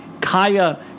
Kaya